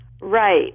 Right